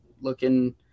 looking